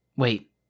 Wait